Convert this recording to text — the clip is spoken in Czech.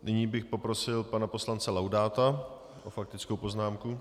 Nyní bych poprosil pana poslance Laudáta s faktickou poznámkou.